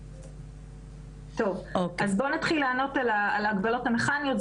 אז נתחיל לענות לגבי ההגבלות המכניות,